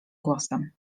głosem